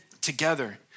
together